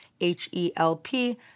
H-E-L-P